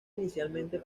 inicialmente